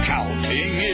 Counting